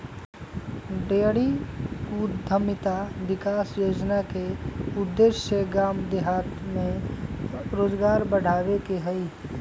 dairy उद्यमिता विकास योजना के उद्देश्य गाम देहात में रोजगार बढ़ाबे के हइ